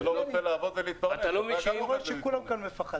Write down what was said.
אתה לא רואה שכולם פה מפחדים?